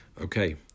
Okay